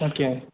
okay